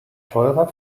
teurer